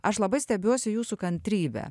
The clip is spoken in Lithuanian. aš labai stebiuosi jūsų kantrybe